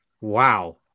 Wow